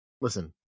Listen